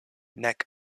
nek